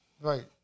Right